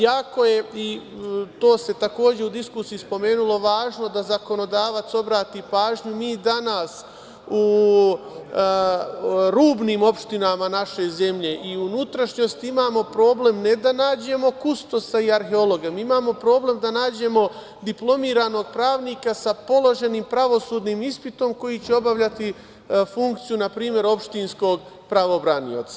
Jako je i to se takođe u diskusiji spomenulo važno da zakonodavac obrati pažnju, mi danas u rubnim opštinama naše zemlje i u unutrašnjosti imamo problem ne da nađemo kustosa i arheologa, mi imamo problem da nađemo diplomiranog pravnika sa položenim pravosudnim ispitom koji će obavljati funkciju npr. opštinskog pravobranioca.